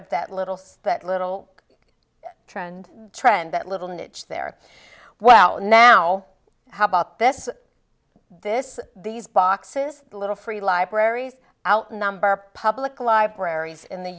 of that little see that little trend trend that little niche there well now how about this this these boxes little free libraries outnumber public libraries in the